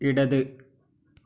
ഇടത്